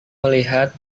melihat